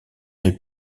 est